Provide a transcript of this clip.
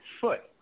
foot